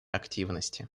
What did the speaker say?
активности